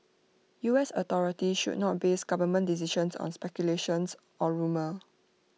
U S authorities should not base government decisions on speculations or rumour